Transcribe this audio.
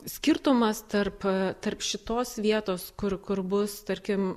skirtumas tarp tarp šitos vietos kur kur bus tarkim